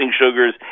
sugars